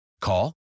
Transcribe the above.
Call